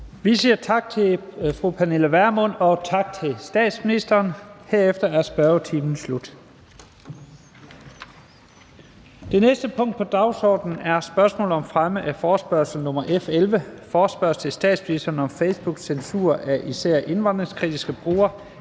Vi siger tak til fru Pernille Vermund, og tak til statsministeren. Herefter er spørgetimen slut. --- Det næste punkt på dagsordenen er: 2) Spørgsmål om fremme af forespørgsel nr. F 11: Forespørgsel til statsministeren om Facebooks censur af især indvandringskritiske brugere.